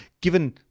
given